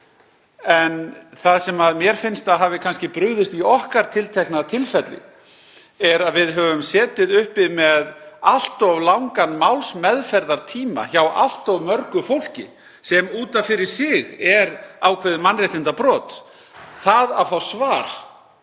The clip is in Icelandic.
Það sem mér finnst að hafi kannski brugðist í okkar tiltekna tilfelli er að við höfum setið uppi með allt of langan málsmeðferðartíma hjá allt of mörgu fólki sem út af fyrir sig er ákveðið mannréttindabrot. Það að fá svar